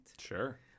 Sure